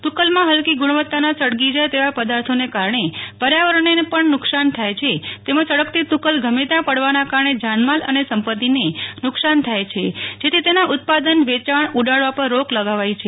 તુક્ક્લમાં ફલ્કી ગુણવત્તાના સળગી જાય તેવા પદાર્થોને કારણે પર્યાવરણને પણ નુકશાન થાય છે તેમજ સળગતી તુક્કલ ગમે ત્યાં પડવાના કારણે જાનમાલ અને સંપતિને નુકશાન થાય છે જેથી તેના ઉત્પાદન વેંચાણ ઉડાડવા પર રોક લગાવાઇ છે